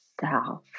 self